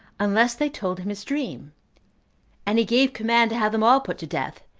unless they told him his dream and he gave command to have them all put to death,